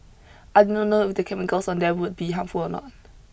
I did not know if the chemicals on them would be harmful or not